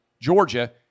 Georgia